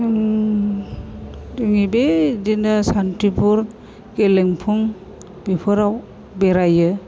जोंनि बे बिदिनो सान्तिफुर गेलेफु बेफोराव बेरायो